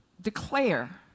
declare